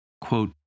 quote